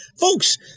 Folks